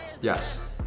Yes